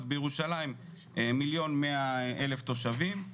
אז בירושלים 1,100,000 תושבים,